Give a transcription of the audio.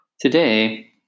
Today